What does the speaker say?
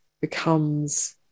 becomes